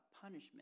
punishment